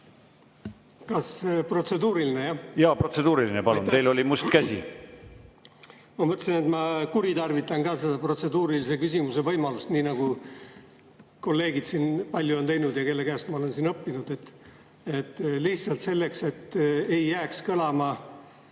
Kas protseduuriline, jah?